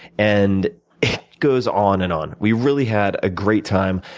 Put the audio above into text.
and it goes on and on. we really had a great time.